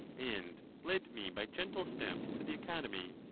and led me by gentle steps to the academy.